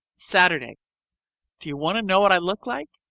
saturday do you want to know what i look like?